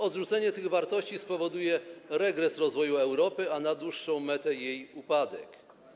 Odrzucenie tych wartości spowoduje regres rozwoju Europy, a na dłuższą metę - jej upadek.